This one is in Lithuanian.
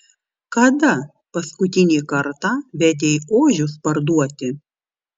kada paskutinį kartą vedei ožius parduoti